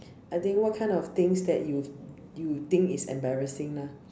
I think what kind of things that you you think is embarrassing lah